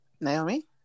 Naomi